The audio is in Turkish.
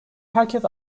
herkes